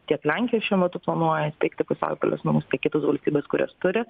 tiek lenkija šiuo metu planuoja steigti pusiaukelės namus tiek kitos valstybės kurios turi